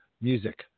music